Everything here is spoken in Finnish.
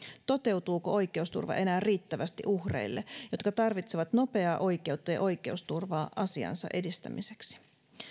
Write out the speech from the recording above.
toteutuuko oikeusturva enää riittävästi uhreille jotka tarvitsevat nopeaa oikeutta ja oikeusturvaa asiansa edistämiseksi